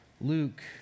Luke